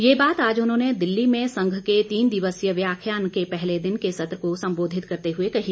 ये बात आज उन्होंने दिल्ली में संघ के तीन दिवसीय व्याख्यान के पहले दिन के सत्र को संबोधित करते हुए कही